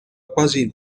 quasi